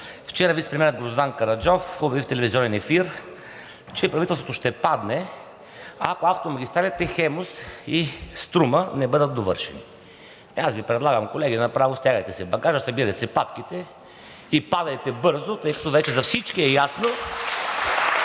Вчера вицепремиерът Гроздан Караджов обяви в телевизионен ефир, че правителството ще падне, ако автомагистралите „Хемус“ и „Струма“ не бъдат довършени. Аз Ви предлагам, колеги, направо стягайте си багажа, събирайте си папките и падайте бързо, тъй като вече за всички е ясно